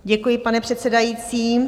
Děkuji, pane předsedající.